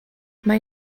mae